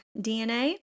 dna